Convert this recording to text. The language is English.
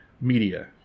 media